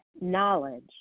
knowledge